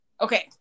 Okay